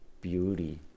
beauty